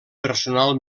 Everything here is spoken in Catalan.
personal